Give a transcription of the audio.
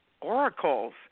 oracles